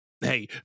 hey